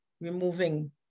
removing